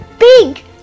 big